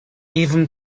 even